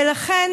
ולכן,